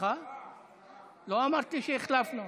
לא אמרת לי שהחלפתן.